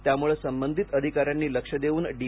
त्यामुळे संबंधीत अधिकाऱ्यांनी लक्ष देवून डी